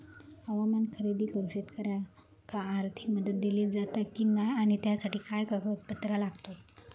वाहन खरेदी करूक शेतकऱ्यांका आर्थिक मदत दिली जाता की नाय आणि त्यासाठी काय पात्रता लागता?